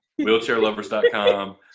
Wheelchairlovers.com